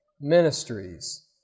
ministries